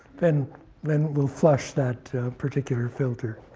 then then we'll flush that particular filter.